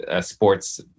sports